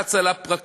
לחץ על הפרקליט,